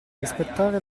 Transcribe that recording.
rispettare